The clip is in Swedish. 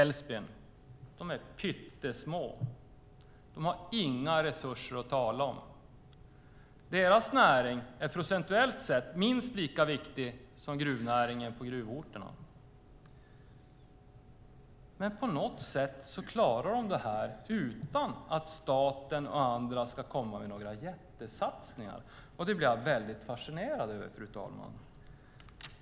Deras näring är procentuellt sett minst lika viktig som gruvnäringen på gruvorterna. Men på något sätt klarar de det här utan att staten och andra ska komma och göra några jättesatsningar. Det blir jag väldigt fascinerad över, fru talman.